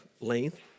length